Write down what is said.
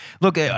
look